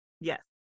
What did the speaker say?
Yes